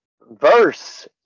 verse